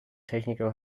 technical